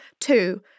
Two